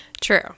True